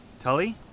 Tully